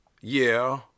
Yeah